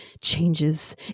changes